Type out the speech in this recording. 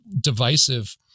divisive